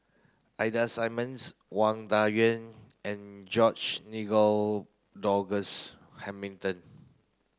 Ida Simmons Wang Dayuan and George Nigel Douglas Hamilton